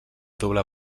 doble